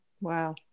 Wow